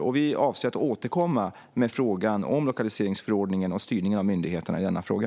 Regeringen avser att återkomma med frågan om lokaliseringsförordningen och styrningen av myndigheterna i denna fråga.